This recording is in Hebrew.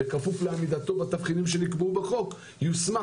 בכפוף לעמידתו בתפקידים שנקבעו בחוק יוסמך